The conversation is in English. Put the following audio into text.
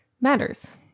matters